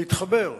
להתחבר.